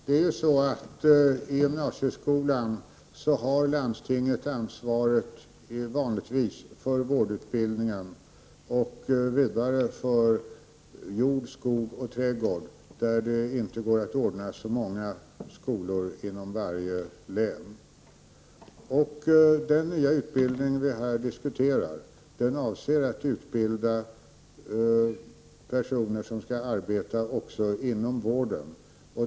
Herr talman! I gymnasieskolan har landstinget vanligtvis ansvaret för vårdutbildningen och vidare för jord-, skogsoch trädgårdsutbildningen, där det inte går att ordna så många skolor inom varje län. Den nya utbildning som vi diskuterar här gäller personer som skall arbeta också inom vården.